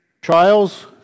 Trials